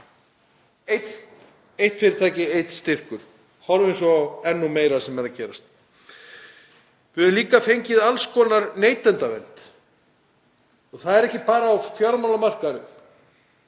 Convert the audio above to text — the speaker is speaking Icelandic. Eitt fyrirtæki, einn styrkur. Horfum svo á enn meira sem er að gerast. Við höfum líka fengið alls konar neytendavernd og það er ekki bara á fjármálamarkaðnum.